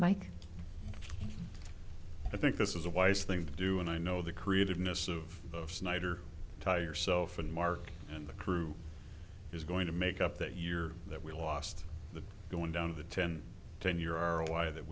mike i think this is a wise thing to do and i know the creativeness of snyder tie yourself and mark and the crew is going to make up that year that we lost the going down of the ten ten year our ally that